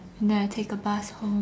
and then I take a bus home